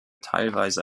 teilweise